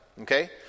okay